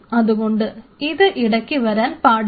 അതുകൊണ്ട് ഇത് ഇടയ്ക്ക് വരാൻ പാടില്ല